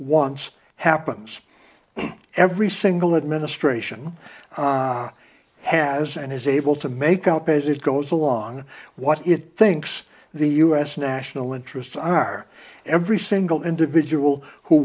once happens every single administration has and is able to make up as it goes along what it thinks the u s national interests are every single individual who